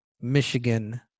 Michigan